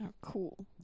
Cool